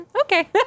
Okay